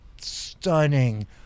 stunning